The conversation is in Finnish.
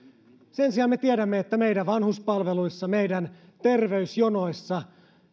sen sijaan me tiedämme että meidän vanhuspalveluissa meidän terveysjonoissa